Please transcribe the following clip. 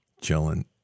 chilling